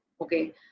okay